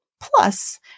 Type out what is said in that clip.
Plus